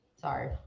Sorry